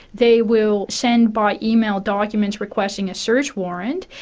they will send by email documents requesting a search warrant,